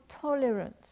tolerance